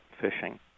fishing